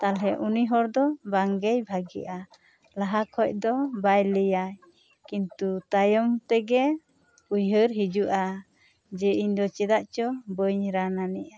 ᱛᱟᱦᱞᱮ ᱩᱱᱤ ᱦᱚᱲ ᱫᱚ ᱵᱟᱝ ᱜᱮᱭ ᱵᱷᱟᱜᱮᱜᱼᱟ ᱞᱟᱦᱟ ᱠᱷᱚᱡ ᱫᱚ ᱵᱟᱭ ᱞᱟᱹᱭᱟ ᱠᱤᱱᱛᱩ ᱛᱟᱭᱚᱢ ᱛᱮᱜᱮ ᱩᱭᱦᱟᱹᱨ ᱦᱤᱡᱩᱜᱼᱟ ᱡᱮ ᱤᱧ ᱫᱚ ᱪᱮᱫᱟᱜ ᱪᱚ ᱵᱟᱹᱧ ᱨᱟᱱ ᱟᱹᱱᱤᱡᱼᱟ